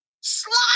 slide